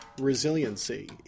Resiliency